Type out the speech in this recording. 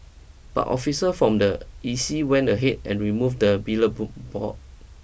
but officer from the E C went ahead and removed the board